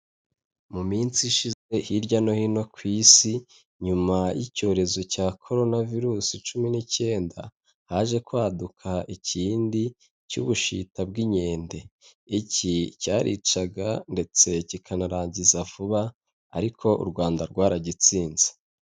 Mu minsi ishize hirya no hino ku isi nyuma y'icyorezo cya corona virusi cumi n'icyenda, haje kwaduka ikindi cy'ubushita bw'inkende, iki cyaricaga ndetse kikanarangiza vuba ariko u Rwanda rwaragitsinze.